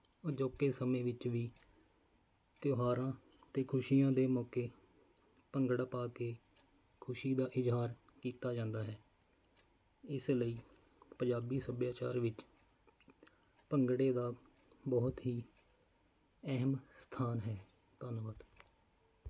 ਅਜੋਕੇ ਸਮੇਂ ਵਿੱਚ ਵੀ ਤਿਉਹਾਰਾਂ ਅਤੇ ਖੁਸ਼ੀਆਂ ਦੇ ਮੌਕੇ ਭੰਗੜਾ ਪਾ ਕੇ ਖੁਸ਼ੀ ਦਾ ਇਜ਼ਹਾਰ ਕੀਤਾ ਜਾਂਦਾ ਹੈ ਇਸ ਲਈ ਪੰਜਾਬੀ ਸੱਭਿਆਚਾਰ ਵਿੱਚ ਭੰਗੜੇ ਦਾ ਬਹੁਤ ਹੀ ਅਹਿਮ ਸਥਾਨ ਹੈ ਧੰਨਵਾਦ